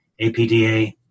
APDA